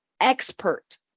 expert